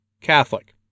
Catholic